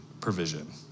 provision